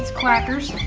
quackers,